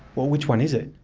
well, which one is it?